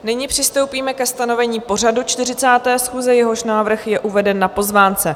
Nyní přistoupíme ke stanovení pořadu 40. schůze, jehož návrh je uveden na pozvánce.